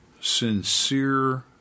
sincere